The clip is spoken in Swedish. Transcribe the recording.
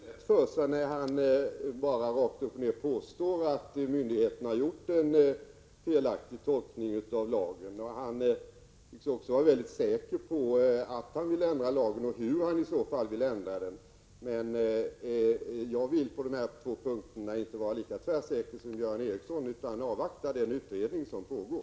Herr talman! Göran Ericsson gör saken lätt för sig när han bara rakt upp och ned påstår att myndigheterna har gjort en felaktig tolkning av lagen. Han tycks också vara mycket säker på att han vill ändra lagen och hur han vill ändra den. Jag vill på de här två punkterna inte vara lika tvärsäker som Göran Ericsson utan avvakta den utredning som pågår.